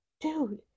dude